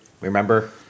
Remember